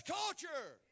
culture